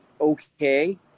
okay